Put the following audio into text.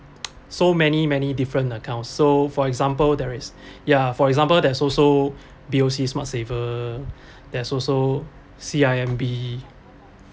so many many different account so for example there is ya for example there's also B_O_C smart saver there's also C_I_M_B